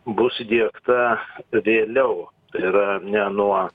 bus įdiegta vėliau yra ne nuo